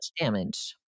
damage